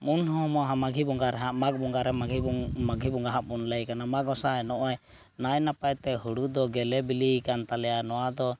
ᱩᱱᱦᱚᱸ ᱢᱚᱦᱟ ᱢᱟᱹᱜᱷᱤ ᱵᱚᱸᱜᱟ ᱨᱮ ᱦᱟᱸᱜ ᱢᱟᱜᱽ ᱵᱟᱸᱜᱟ ᱨᱮ ᱢᱟᱜᱷᱤ ᱵᱚᱸᱜᱟ ᱦᱟᱸᱜ ᱵᱚᱱ ᱞᱟᱹᱭᱮ ᱠᱟᱱᱟ ᱢᱟ ᱜᱚᱸᱥᱟᱭ ᱱᱚᱜᱼᱚᱭ ᱱᱟᱭ ᱱᱟᱯᱟᱭᱛᱮ ᱦᱩᱲᱩ ᱫᱚ ᱜᱮᱞᱮ ᱵᱤᱞᱤᱭ ᱠᱟᱱ ᱛᱟᱞᱮᱭᱟ ᱱᱚᱣᱟ ᱫᱚ